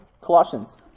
Colossians